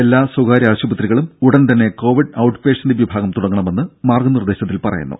എല്ലാ സ്വകാര്യ ആശുപത്രികളും ഉടൻ തന്നെ കോവിഡ് ഔട്ട് പേഷ്യന്റ് വിഭാഗം തുടങ്ങണമെന്ന് മാർഗനിർദേശത്തിൽ പറയുന്നു